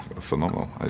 phenomenal